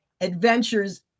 adventures